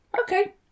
Okay